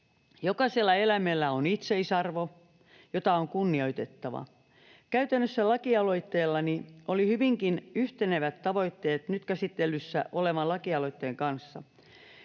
”Jokaisella eläimellä on itseisarvo, jota on kunnioitettava.” Käytännössä lakialoitteellani oli hyvinkin yhtenevät tavoitteet nyt käsittelyssä olevan lakialoitteen kanssa.